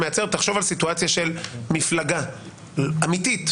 תחשוב על סיטואציה של מפלגה אמיתית,